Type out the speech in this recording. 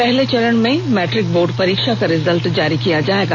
पहले चरण में मैट्रिक बोर्ड परीक्षा का रिजल्ट जारी किया जाएगा